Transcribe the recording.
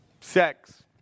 sex